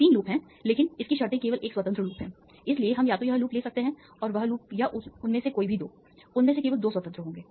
तीन लूप हैं लेकिन इसकी शर्तें केवल एक स्वतंत्र लूप हैं इसलिए हम या तो यह लूप ले सकते हैं और वह लूप या उनमें से कोई भी दो उनमें से केवल दो स्वतंत्र होंगे